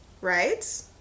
right